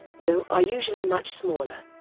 though are usually much smaller.